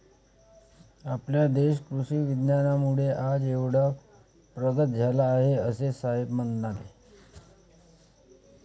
आपला देश कृषी विज्ञानामुळे आज एवढा प्रगत झाला आहे, असे साहेब म्हणाले